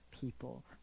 people